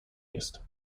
jest